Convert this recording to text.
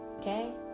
Okay